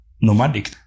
nomadic